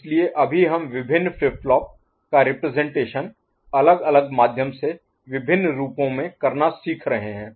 इसलिए अभी हम विभिन्न फ्लिप फ्लॉप का रिप्रजेंटेशन अलग अलग माध्यम से विभिन्न रूपों में करना सीख रहे हैं